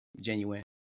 genuine